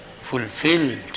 fulfilled